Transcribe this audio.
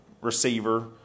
receiver